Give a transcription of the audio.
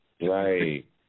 Right